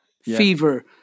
Fever